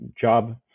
job